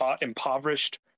impoverished